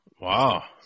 Wow